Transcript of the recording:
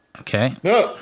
Okay